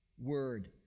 word